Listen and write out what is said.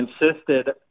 insisted